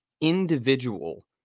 individual